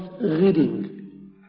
reading